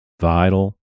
vital